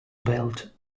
built